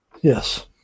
Yes